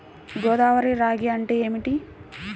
గోదావరి రాగి అంటే ఏమిటి?